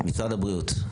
משרד הבריאות.